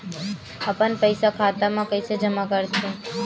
अपन पईसा खाता मा कइसे जमा कर थे?